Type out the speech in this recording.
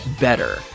better